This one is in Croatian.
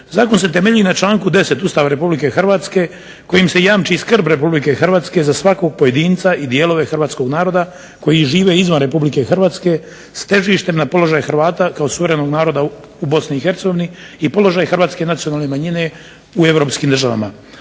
Zakon se temelji na članku 10. Ustava RH kojim se jamči skrb RH za svakog pojedinca i dijelove hrvatskog naroda koji žive izvan RH s težištem na položaj Hrvata kao suverenog naroda u BiH i položaj hrvatske nacionalne manjine u europskim državama.